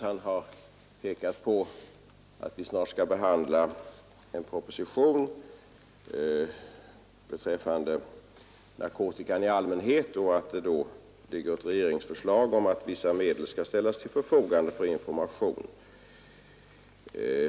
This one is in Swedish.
Han har pekat på att vi snart skall behandla en proposition beträffande narkotikan i allmänhet och att det då föreligger ett regeringsförslag att vissa medel skall ställas till förfogande för information.